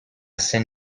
saint